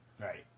Right